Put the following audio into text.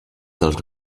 dels